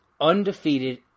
undefeated